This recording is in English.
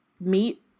meat